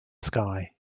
sky